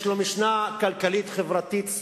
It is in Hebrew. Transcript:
יש לו משנה כלכלית-חברתית סדורה,